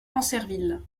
ancerville